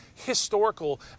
historical